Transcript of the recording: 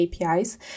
APIs